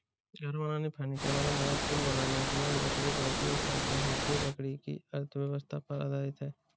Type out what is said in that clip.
घर बनाने, फर्नीचर बनाने और पुल बनाने में लकड़ी का उपयोग करते हैं जो लकड़ी की अर्थव्यवस्था पर आधारित है